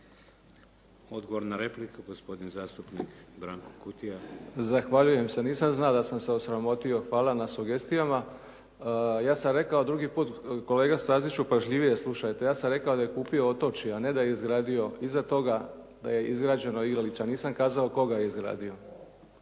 Odgovor na repliku, gospodin zastupnik Branko Kutija. **Kutija, Branko (HDZ)** Zahvaljujem se. Nisam znao da sam se osramotio. Hvala na sugestijama. Ja sam rekao, drugi put kolega Staziću pažljivije slušajte. Ja sam rekao da je kupio otočje, a ne da je izgradio. Iza toga da je izgrađeno igralište, a nisam kazao tko ga je izgradio.